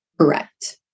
Correct